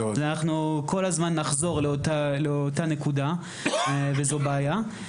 אנחנו כל הזמן נחזור לאותה נקודה וזו בעיה.